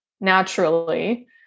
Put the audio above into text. naturally